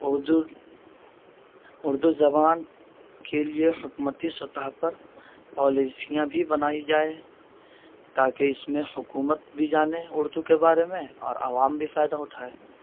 اردو اردو زبان کے لیے حکومتی سطح پر پالیسیاں بھی بنائی جائے تاکہ اس میں حکومت بھی جانے اردو کے بارے میں اور عوام بھی فائدہ اٹھائے